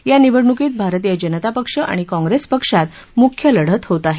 या निवडणूकीत भारतीय जनता पक्ष आणि कांग्रेस पक्षात मुख्य लढत होत आहे